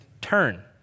turn